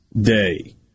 day